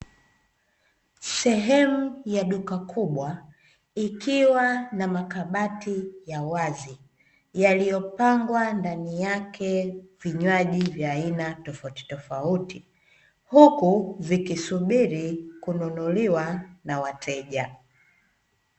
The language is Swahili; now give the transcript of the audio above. Sehemu ya duka kubwa ikiwa na makabati ya wazi yaliyopangwa ndani yake vinywaji vya aina tofauti tofauti huku vikisubili kununuliwa na wateja.